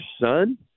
son